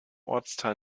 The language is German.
ortsteil